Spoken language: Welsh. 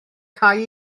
cau